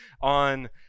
on